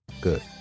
Good